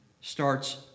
starts